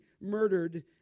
murdered